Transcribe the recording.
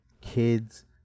kids